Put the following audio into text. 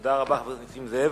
תודה רבה, חבר הכנסת נסים זאב.